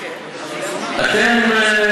אתם,